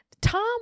Tom